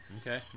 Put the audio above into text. Okay